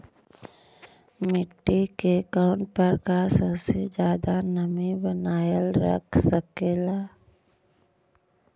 मिट्टी के कौन प्रकार सबसे जादा नमी बनाएल रख सकेला?